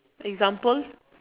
example